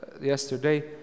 yesterday